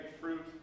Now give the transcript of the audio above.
fruit